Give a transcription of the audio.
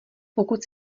pokud